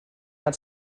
had